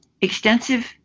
Extensive